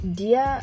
dia